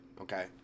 okay